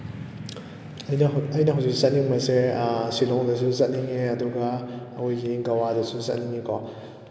ꯑꯩꯅ ꯑꯩꯅ ꯍꯧꯖꯤꯛ ꯆꯠꯅꯤꯡꯕꯁꯦ ꯁꯤꯂꯣꯡꯗꯁꯨ ꯆꯠꯅꯤꯡꯉꯦ ꯑꯗꯨꯒ ꯑꯩꯈꯣꯏꯒꯤ ꯒꯋꯥꯗꯁꯨ ꯆꯠꯅꯤꯡꯉꯤꯀꯣ